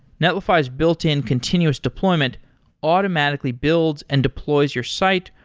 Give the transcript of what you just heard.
netlify's built-in continuous deployment automatically builds and deploys your site,